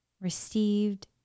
received